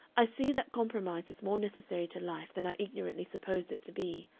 i see that compromise is more necessary to life than i ignorantly supposed it to be,